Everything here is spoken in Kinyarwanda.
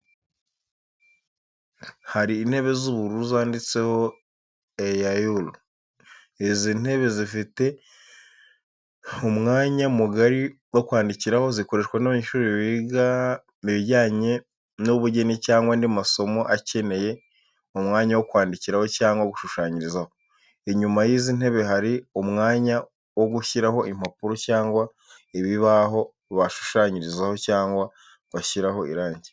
Hari intebe z’ubururu zanditseho “E.A.U.R” Izi ntebe zifite umwanya mugari wo kwandikiraho, zikoreshwa n’abanyeshuri biga ibijyanye n’ubugeni cyangwa andi masomo akeneye umwanya wo kwandikiraho cyangwa gushushanyirizaho. Inyuma y’izi ntebe hari umwanya wo gushyiraho impapuro cyangwa ibibaho bashushanyirizaho, cyangwa bashyiraho irangi.